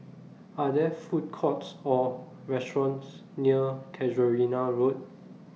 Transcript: Are There Food Courts Or restaurants near Casuarina Road